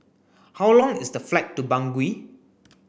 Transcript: how long is the flight to Bangui